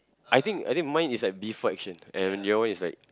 I think I think mine is like before action and your one is like